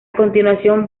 continuación